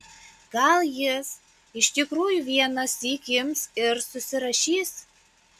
gal jis iš tikrųjų vienąsyk ims ir susirašys